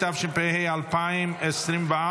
התשפ"ה 2024,